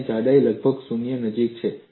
અને જાડાઈ લગભગ શૂન્યની નજીક છે